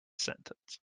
sentence